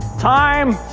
time!